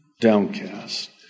downcast